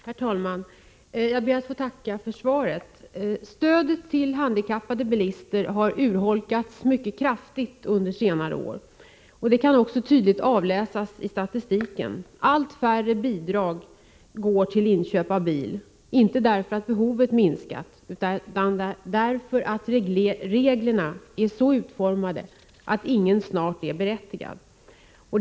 Herr talman! Jag ber att få tacka för svaret. Stödet till handikappade bilister har urholkats mycket kraftigt under senare år. Detta kan också tydligt avläsas i statistiken. Allt färre får bidrag till inköp av bil — inte därför att behovet minskat, utan därför att reglerna är så utformade att snart ingen är berättigad till bidrag.